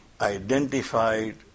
identified